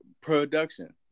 production